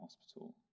hospital